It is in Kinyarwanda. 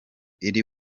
iri